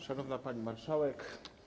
Szanowna Pani Marszałek!